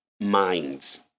Minds